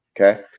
Okay